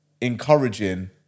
encouraging